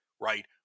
right